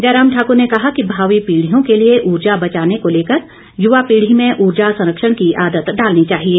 जयराम ठाकूर ने कहा कि भावी पीढ़ियों के लिए ऊर्जा बचाने को लेकर युवा पीढ़ी में ऊर्जा संरक्षण की आदत डालनी चाहिए